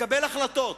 ולקבל החלטות,